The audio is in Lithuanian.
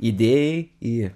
idėjai į